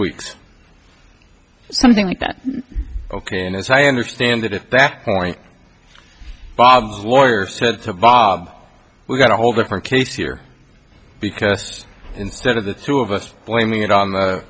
weeks something like that ok and as i understand it at that point bob's lawyer said to bob we've got a whole different case here because instead of the two of us blaming it on the